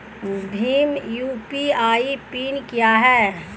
Bhim UPI PIN क्या है?